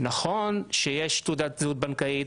נכון שיש תעודת זהות בנקאית,